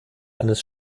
eines